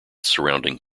surrounding